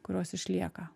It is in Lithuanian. kurios išlieka